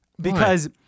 because-